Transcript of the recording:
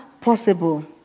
possible